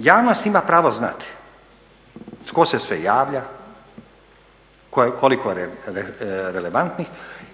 Javnost ima pravo znati tko se sve javlja, koliko relevantnih